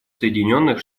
соединенных